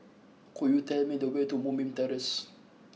could you tell me the way to Moonbeam Terrace